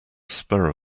spur